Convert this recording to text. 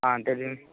ஆ thirteen